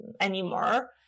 anymore